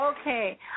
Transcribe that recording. Okay